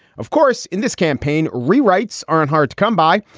of course, in this campaign. rewrites aren't hard to come by,